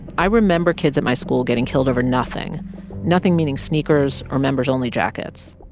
i remember kids at my school getting killed over nothing nothing meaning sneakers or members only jackets.